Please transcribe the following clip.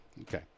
Okay